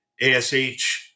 ASH